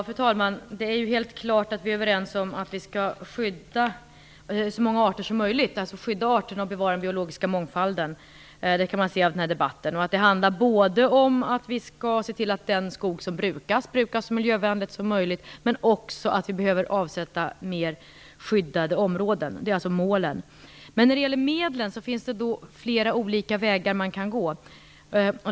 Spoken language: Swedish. Fru talman! Det är helt klart att vi är överens om att vi skall skydda så många arter som möjligt och bevara den biologiska mångfalden. Det framgår av den här debatten. Det handlar om att vi skall se till att den skog som brukas, brukas så miljövänligt som möjligt men också om att vi behöver avsätta fler skyddade områden. Detta är alltså målen. När det gäller medlen finns det flera olika vägar att gå.